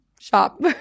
shop